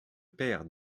père